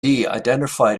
identified